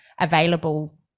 available